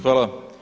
Hvala.